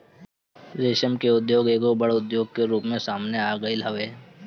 रेशम के उद्योग एगो बड़ उद्योग के रूप में सामने आगईल हवे